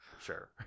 Sure